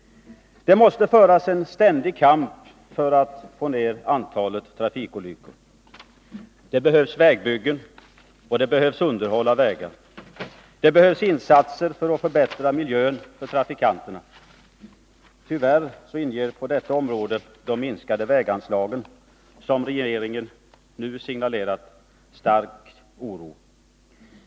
Det måste således föras en ständig kamp för att få ner antalet trafikolyckor. Det behövs vägbyggen, och det behövs underhåll av vägar. Det behövs insatser för att förbättra miljön för trafikanterna. Tyvärr inger regeringens signaler om minskade väganslag stark oro.